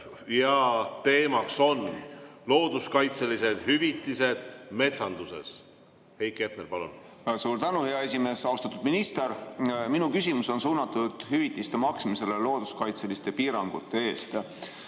ja teema on looduskaitselised hüvitised metsanduses. Heiki Hepner, palun! Suur tänu, hea esimees! Austatud minister! Minu küsimus on suunatud hüvitiste maksmisele looduskaitseliste piirangute eest.